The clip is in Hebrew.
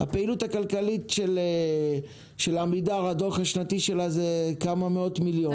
הדוח השנתי של הפעילות הכלכלית של עמידר זה כמה מאות מיליונים,